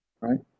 Right